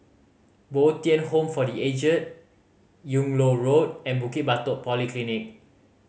Bo Tien Home for The Aged Yung Loh Road and Bukit Batok Polyclinic